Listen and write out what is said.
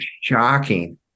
shocking